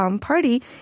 party